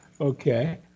Okay